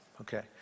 okay